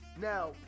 now